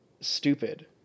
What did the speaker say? stupid